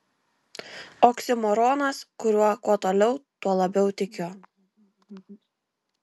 oksimoronas kuriuo kuo toliau tuo labiau tikiu